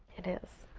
it is.